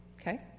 Okay